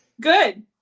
good